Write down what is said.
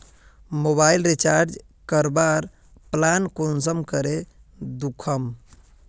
Mobile recharge करवार plan कुंसम करे दखुम?